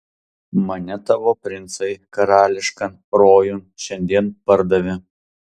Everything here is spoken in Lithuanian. mane tavo princai karališkan rojun šiandien pardavė